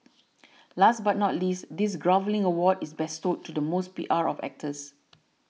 last but not least this groveling award is bestowed to the most P R of actors